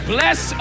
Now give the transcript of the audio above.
Bless